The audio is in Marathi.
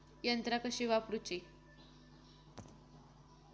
यंत्रा कशी वापरूची?